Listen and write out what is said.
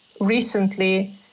recently